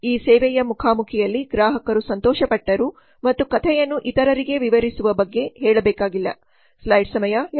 ಈ ಸೇವೆಯ ಮುಖಾಮುಖಿಯಲ್ಲಿ ಗ್ರಾಹಕರು ಸಂತೋಷಪಟ್ಟರು ಮತ್ತು ಕಥೆಯನ್ನು ಇತರರಿಗೆ ವಿವರಿಸುವ ಬಗ್ಗೆ ಹೇಳಬೇಕಾಗಿಲ್ಲ